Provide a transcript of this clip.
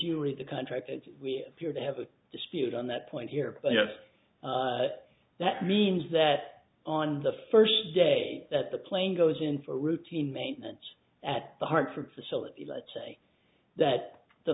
you read the contract and we appear to have a dispute on that point here but yes that means that on the first day that the plane goes in for routine maintenance at the hartford facility let's say that the